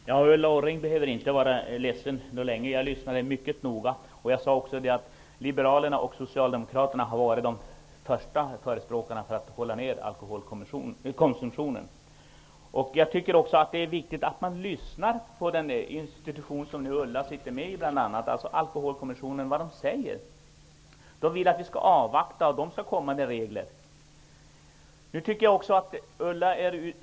Fru talman! Ulla Orring behöver inte vara ledsen. Jag lyssnade mycket noga och sade också att liberalerna och socialdemokraterna har varit de främsta förespråkarna för att hålla alkoholkonsumtionen nere. Jag tycker också att det är viktigt att man lyssnar på vad som sägs från det organ, Alkoholkommissionen, som bl.a. Ulla Orring sitter med i. Den vill att vi skall avvakta de förslag till regler som kommissionen skall lägga fram.